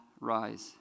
rise